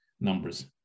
numbers